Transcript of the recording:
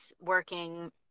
working